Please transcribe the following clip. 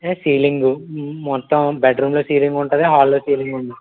ceiling మొత్తం బెడ్రూమ్లో ceiling ఉంటుంది హాల్లో సీలింగ్ ఉంది